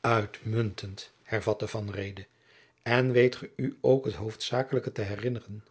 uitmuntend hervatte van reede en weet ge u ook het hoofdzakelijke te herinneren